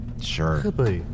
Sure